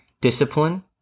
discipline